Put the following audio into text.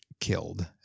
killed